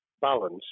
balance